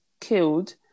killed